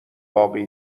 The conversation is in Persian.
باقی